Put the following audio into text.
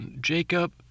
jacob